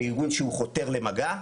מארגון שהוא חותר למגע.